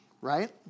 right